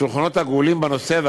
שולחנות עגולים בנושא,